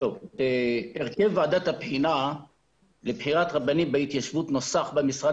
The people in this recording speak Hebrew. הרכב ועדת הבחינה לבחירת רבנים בהתיישבות נוסח במשרד